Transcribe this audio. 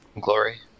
Glory